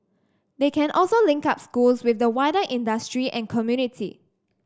they can also link up schools with the wider industry and community